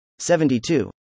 72